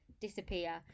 disappear